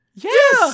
Yes